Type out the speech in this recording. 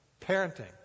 Parenting